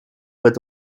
bad